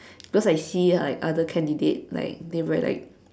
because I see like other candidates like they write like